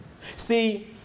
See